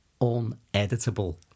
uneditable